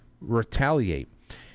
retaliate